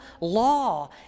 law